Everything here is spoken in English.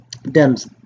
Dem's